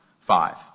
five